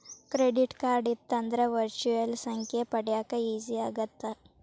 Credit card ಇತ್ತಂದ್ರ virtual ಸಂಖ್ಯೆ ಪಡ್ಯಾಕ ಈಜಿ ಆಗತ್ತ?